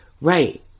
Right